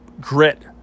grit